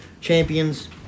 champions